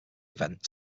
event